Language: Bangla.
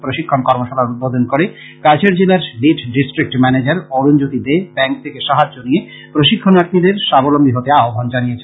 প্রশিক্ষন কর্মশালার উদ্বোধন করে কাছাড় জেলার lead district manager Arunjyoti Dey bank থেকে সাহায্য নিয়ে প্রশিক্ষার্থীদের সাবলম্বী হতে আহ্বান জানিয়েছেন